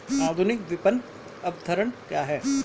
आधुनिक विपणन अवधारणा क्या है?